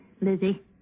Lizzie